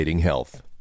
health